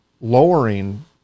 lowering